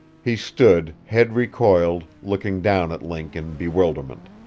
he stood, head recoiled, looking down at link in bewilderment.